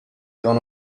gone